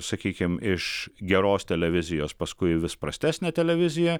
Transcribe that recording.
sakykim iš geros televizijos paskui vis prastesnė televizija